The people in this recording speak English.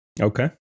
okay